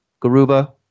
Garuba